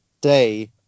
day